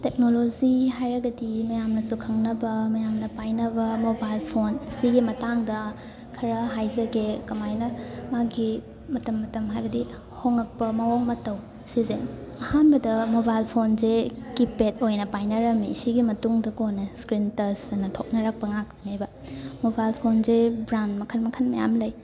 technology ꯍꯥꯏꯔꯒꯗꯤ ꯃꯌꯥꯝꯅꯁꯨ ꯈꯪꯅꯕ ꯃꯌꯥꯝꯅ ꯄꯥꯏꯅꯕ ꯃꯣꯕꯥꯏꯜ ꯐꯣꯟ ꯑꯁꯤꯒꯤ ꯃꯇꯥꯡꯗ ꯈꯔ ꯍꯥꯏꯖꯒꯦ ꯀꯃꯥꯏꯅ ꯃꯥꯒꯤ ꯃꯇꯝ ꯃꯇꯝ ꯍꯥꯏꯕꯗꯤ ꯍꯣꯉꯛꯄ ꯃꯋꯣꯡ ꯃꯇꯧ ꯁꯤꯁꯦ ꯑꯍꯥꯟꯕꯗ ꯃꯣꯕꯥꯏꯜ ꯐꯣꯟꯁꯦ ꯀꯤꯄꯦꯠ ꯑꯣꯏꯅ ꯄꯥꯏꯅꯔꯝꯃꯤ ꯁꯤꯒꯤ ꯃꯇꯨꯡꯗ ꯀꯣꯟꯅ ꯁ꯭ꯀ꯭ꯔꯤꯟ ꯇꯁ ꯑꯅ ꯊꯣꯛꯅꯔꯛꯄ ꯉꯥꯛꯇꯅꯦꯕ ꯃꯣꯕꯥꯏꯜ ꯐꯣꯟꯁꯦ ꯕ꯭ꯔꯥꯟ ꯃꯈꯟ ꯃꯈꯟ ꯃꯌꯥꯝ ꯂꯩ